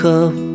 up